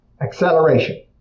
acceleration